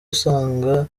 usanga